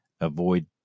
Avoid